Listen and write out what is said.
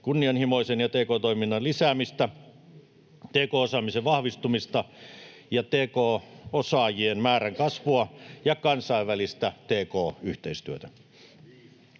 kunnianhimoisen tk-toiminnan lisäämistä, tk-osaamisen vahvistumista ja tk-osaajien määrän kasvua ja kansainvälistä tk-yhteistyötä.